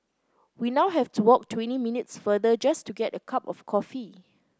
we now have to walk twenty minutes farther just to get a cup of coffee